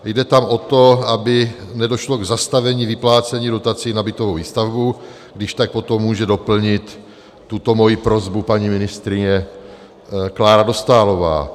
Jde tam o to, aby nedošlo k zastavení vyplácení dotací na bytovou výstavbu, kdyžtak potom může doplnit tuto moji prosbu paní ministryně Klára Dostálová.